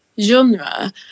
genre